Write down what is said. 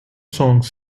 songs